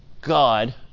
God